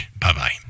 bye-bye